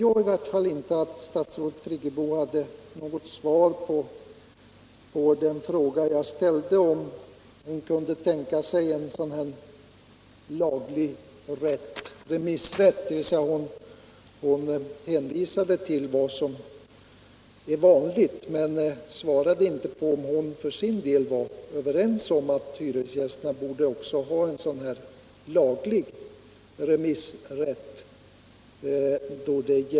Jag uppfattade inte att statsrådet Friggebo hade något svar på den fråga jag ställde om hon kunde tänka sig en laglig remissrätt, dvs. hon hänvisade till vad som är vanligt men svarade inte på om hon för sin del är överens med mig om att hyresgästerna också borde ha en laglig remissrätt.